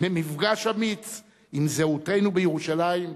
ממפגש אמיץ עם זהותנו בירושלים.